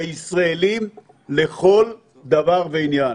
בישראלים לכל דבר ועניין.